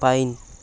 pine